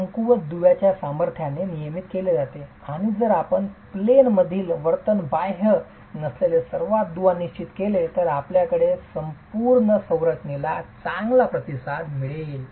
कमकुवत दुव्याच्या सामर्थ्याने नियमन केले जाते आणि जर आपण प्लेन मधील वर्तनबाह्य नसलेले सर्वात दुवा निश्चित केले तर आपल्याकडे संपूर्ण संरचनेला चांगला प्रतिसाद मिळेल